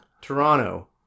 Toronto